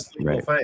right